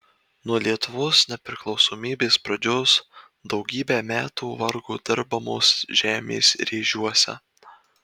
nuo lietuvos nepriklausomybės pradžios daugybę metų vargo dirbamos žemės rėžiuose